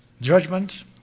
judgment